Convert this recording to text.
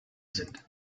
sind